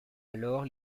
alors